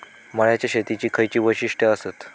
मळ्याच्या शेतीची खयची वैशिष्ठ आसत?